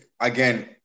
again